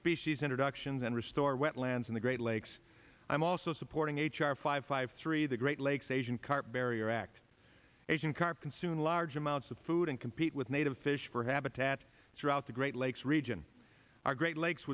species introductions and restore wetlands in the great lakes i'm also supporting h r five hundred three the great lakes asian carp barrier asian carp consume large amounts of food and compete with native fish for habitat throughout the great lakes region our great lakes